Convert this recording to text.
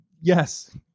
yes